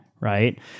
right